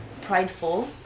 prideful